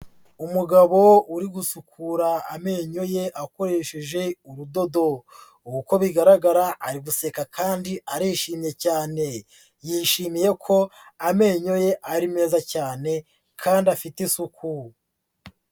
Umugabo uri gusukura amenyo ye akoresheje urudodo. Uko bigaragara ari guseka kandi arishimye cyane. Yishimiye ko amenyo ye ari meza cyane kandi afite isuku.